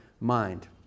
mind